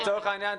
לצורך העניין,